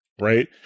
right